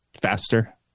faster